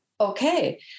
okay